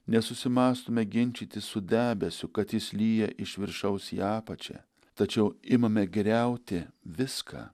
nesusimąstome ginčytis su debesiu kad jis lyja iš viršaus į apačią tačiau imame griauti viską